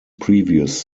previous